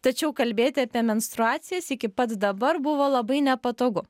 tačiau kalbėti apie menstruacijas iki pat dabar buvo labai nepatogu